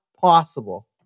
possible